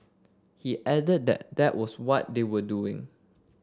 he added that that was what they were doing